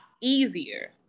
easier